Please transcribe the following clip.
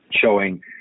showing